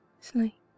Sleep